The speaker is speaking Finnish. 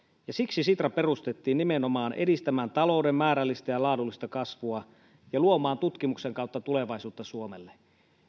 ja siksi sitra perustettiin nimenomaan edistämään talouden määrällistä ja laadullista kasvua ja luomaan tutkimuksen kautta tulevaisuutta suomelle